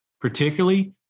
particularly